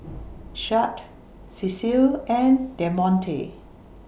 Shad Cecile and Demonte